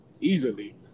easily